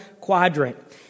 quadrant